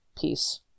peace